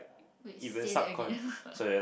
wait say that again